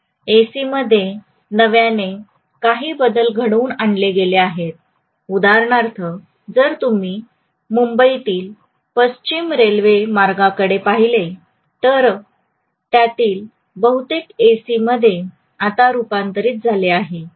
एसीमध्ये नव्याने काही बदल घडवून आणले गेले आहेत उदाहरणार्थ जर तुम्ही मुंबईतील पश्चिम रेल्वे मार्गाकडे पाहिले तर त्यातील बहुतेक एसीमध्ये आता रुपांतरित झाले आहे